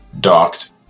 docked